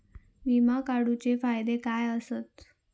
विमा काढूचे फायदे काय आसत?